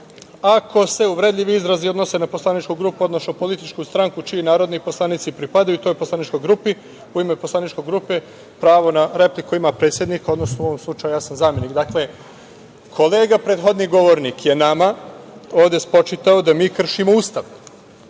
ako se uvredljivi izrazi odnose na poslaničku grupu odnosno političku stranku čiji narodni poslanici pripadaju toj poslaničkoj grupi, u ime poslaničke grupe pravo na repliku ima predsednik, odnosno u ovom slučaju ja sam zamenik. Dakle, kolega prethodni govornik je nama ovde spočitao da mi kršimo Ustav,